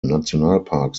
nationalpark